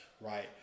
right